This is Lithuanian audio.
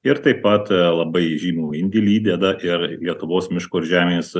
ir taip pat labai žymų indėlį įdeda ir lietuvos miško ir žemės